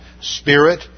spirit